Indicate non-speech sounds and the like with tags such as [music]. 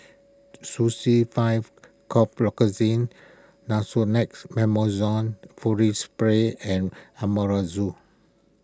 [unintelligible] five Cough [unintelligible] Nasonex [unintelligible] Furoate Spray and Amelozole